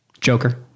Joker